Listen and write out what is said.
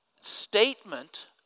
statement